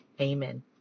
Amen